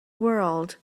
world